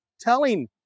telling